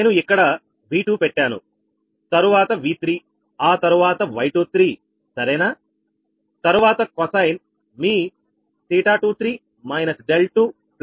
నేను ఇక్కడ V2 పెట్టాను తరువాత V3 ఆ తర్వాత Y23 సరేనా తర్వాత cos𝜃23 − 𝛿2 𝛿3